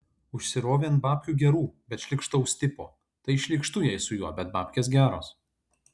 užsirovė ant babkių gerų bet šlykštaus tipo tai šlykštu jai su juo bet babkės geros